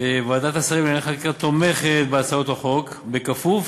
ועדת השרים לענייני חקיקה תומכת בהצעות החוק בכפוף,